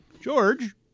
George